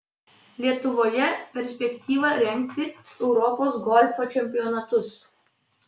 lietuvoje perspektyva rengti europos golfo čempionatus